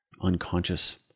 unconscious